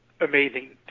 amazing